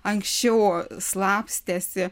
anksčiau slapstėsi